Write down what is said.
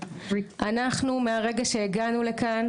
אנחנו מהרגע שהגענו לכאן,